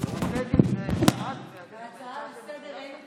שרת התחבורה, בבקשה.